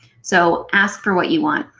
so ask for what you want.